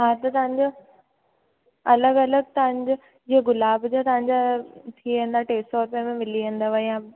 हा त तांजो अलॻि अलॻि तव्हांजो जीअं गुलाब जा तव्हांजा थी वेंदा टे सौ रुपिये में मिली वेंदव या